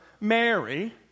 Mary